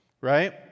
right